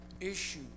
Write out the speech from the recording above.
issue